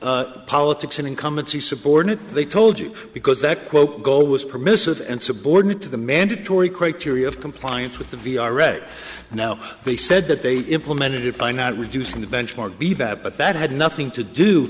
was politics in incumbency subordinate they told you because that quote goal was permissive and subordinate to the mandatory criteria of compliance with the v r a now they said that they implemented it by not reducing the benchmark be that but that had nothing to do